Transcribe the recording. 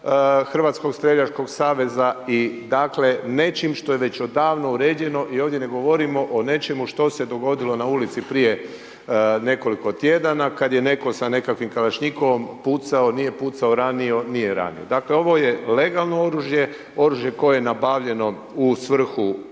Hrvatskog streljačkog saveza i dakle, nečim što je već odavno uređeno i ovdje ne govorimo o nečemu što se dogodilo na ulici prije nekoliko tjedana kad je netko sa nekakvim kalašnjikovim pucao, nije pucao, ranio, nije ranio. Dakle, ovo je legalno oružje, oružje koje je nabavljeno u svrhu